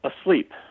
asleep